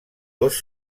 dos